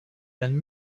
and